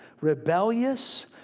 rebellious